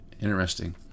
Interesting